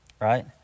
Right